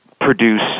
produce